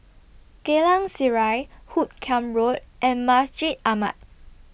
Geylang Serai Hoot Kiam Road and Masjid Ahmad